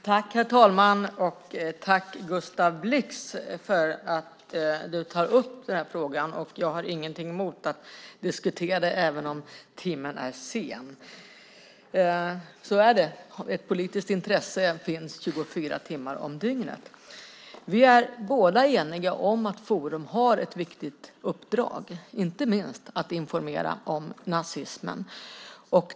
Herr talman! Tack, Gustav Blix, för att du tar upp frågan. Jag har ingenting emot att diskutera den även om timmen är sen. Så är det; ett politiskt intresse finns 24 timmar om dygnet. Vi är eniga om att Forum har ett viktigt uppdrag, inte minst när det gäller att informera om nazismen.